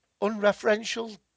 unreferential